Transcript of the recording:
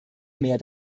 mehr